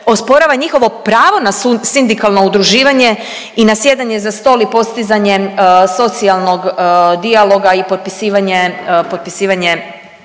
osporava njihovo pravo na sindikalno udruživanje i na sjedanje za stol i postizanje socijalnog dijaloga i potpisivanje